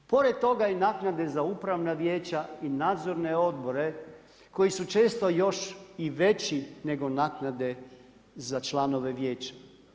Pored toga i naknade za upravne vijeća i nadzorne odbore, koji su često još i veći nego naknade za članove vijeća.